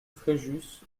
fréjus